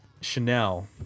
Chanel